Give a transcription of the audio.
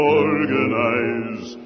organize